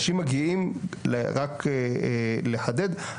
רק לחדד,